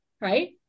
right